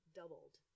doubled